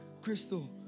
Crystal